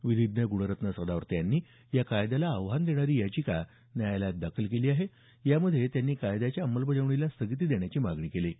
विधीज्ञ गुणरत्न सदावर्ते यांनी या कायद्याला आव्हान देणारी याचिका न्यायालयात दाखल केली आहे यामध्ये त्यांनी कायद्याच्या अंमलबजावणीला स्थगिती देण्याची मागणी केली आहे